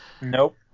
Nope